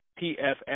PFF